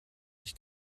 ich